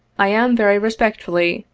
i am, very respectfully,